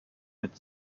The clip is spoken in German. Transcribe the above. mit